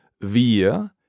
wir